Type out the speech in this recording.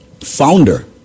founder